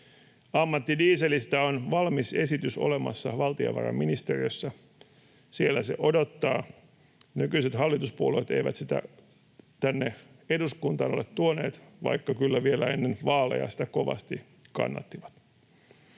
Ammattidieselistä on valmis esitys olemassa valtiovarainministeriössä, siellä se odottaa. Nykyiset hallituspuolueet eivät sitä tänne eduskuntaan ole tuoneet, vaikka kyllä vielä ennen vaaleja sitä kovasti kannattivat.